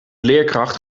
leerkracht